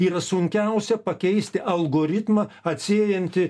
yra sunkiausia pakeisti algoritmą atsiejantį